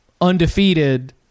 undefeated –